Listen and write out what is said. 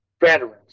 veterans